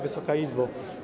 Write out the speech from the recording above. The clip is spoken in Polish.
Wysoka Izbo!